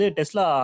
Tesla